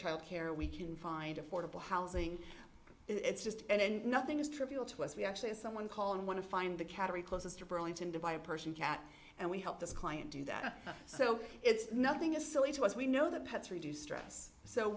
childcare we can find affordable housing it's just and nothing is trivial to us we actually have someone call and want to find a cattery closes to burlington to buy a persian cat and we help the client do that so it's nothing as silly to us we know that pets reduce stress so